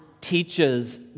teaches